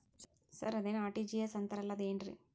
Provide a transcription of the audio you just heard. Sir ಅದೇನು RTGS ಅಂತಾರಲಾ ಅದು ಏನ್ರಿ?